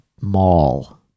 mall